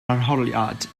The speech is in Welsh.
arholiad